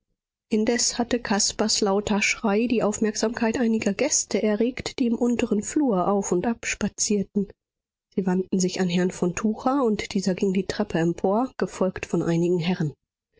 indes hatte caspars lauter schrei die aufmerksamkeit einiger gäste erregt die im unteren flur auf und ab spazierten sie wandten sich an herrn von tucher und dieser ging die treppe empor gefolgt von einigen herren